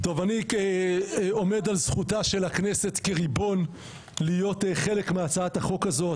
אני כעומד על זכותה של הכנסת כריבון להיות חלק מהצעת החוק הזו,